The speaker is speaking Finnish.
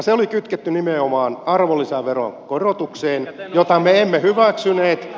se oli kytketty nimenomaan arvonlisäveron korotukseen jota me emme hyväksyneet